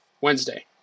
Wednesday